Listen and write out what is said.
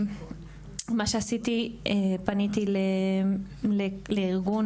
מה שעשיתי, פניתי לארגון